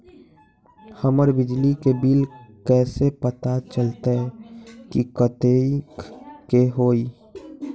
हमर बिजली के बिल कैसे पता चलतै की कतेइक के होई?